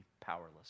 powerless